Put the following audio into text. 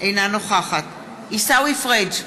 אינה נוכחת עיסאווי פריג'